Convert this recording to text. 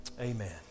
Amen